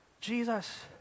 Jesus